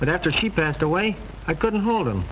but after she passed away i couldn't hold